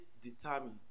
determine